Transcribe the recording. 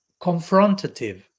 confrontative